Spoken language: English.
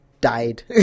Died